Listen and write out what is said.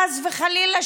חס וחלילה,